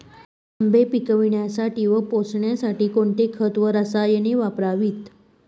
आंबे पिकवण्यासाठी व पोसण्यासाठी कोणते खत व रसायने वापरावीत?